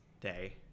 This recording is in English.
Day